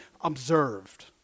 observed